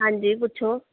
ਹਾਂਜੀ ਪੁੱਛੋ